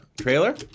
trailer